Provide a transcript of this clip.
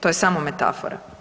To je samo metafora.